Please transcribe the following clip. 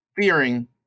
fearing